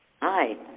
Hi